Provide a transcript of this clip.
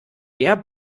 der